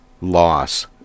loss